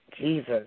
Jesus